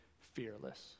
fearless